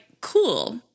cool